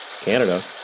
Canada